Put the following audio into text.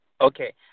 Okay